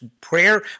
Prayer